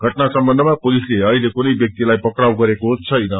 घटना सम्बन्धमा पुलिसले अहिले कुनै व्याक्तिलाई पक्राउ गरेको छैन